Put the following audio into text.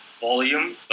volume